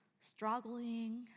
struggling